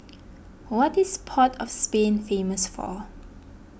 what is Port of Spain famous for